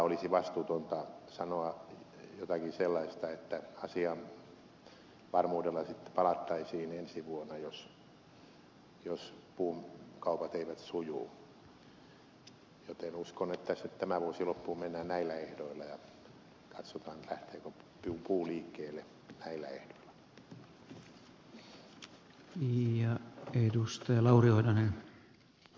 olisi vastuutonta sanoa jotakin sellaista että asiaan varmuudella sitten palattaisiin ensi vuonna jos puukaupat eivät suju joten uskon että tämä vuosi mennään loppuun näillä ehdoilla ja katsotaan lähteekö puu liikkeelle näillä ehdoilla